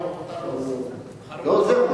אתה לא עוזר.